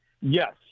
Yes